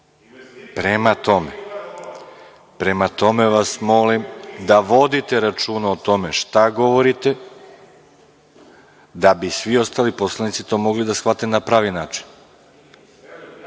Prema tome, molim vas da vodite računa o tome šta govorite, da bi svi ostali poslanici to mogli da shvate na pravi način. Pravo